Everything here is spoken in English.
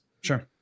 Sure